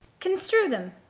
construe them.